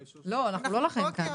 לא, אנחנו לא לכן כאן.